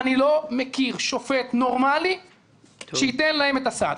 אני לא מכיר שופט נורמלי שייתן להם את הסעד.